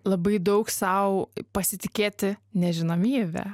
labai daug sau pasitikėti nežinomybę